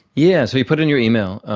yeah so you put in your email.